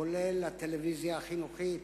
כולל הטלוויזיה החינוכית,